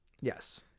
Yes